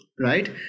Right